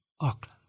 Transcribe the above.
Auckland